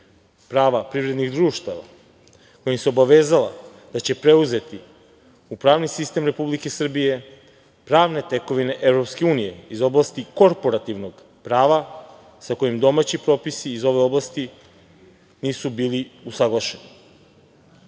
prava privrednih društava kojim se obavezala da će preuzeti u pravni sistem Republike Srbije, pravne tekovine EU iz oblasti korporativnog prava sa kojim domaći propisi iz ovih oblasti nisu bili